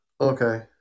Okay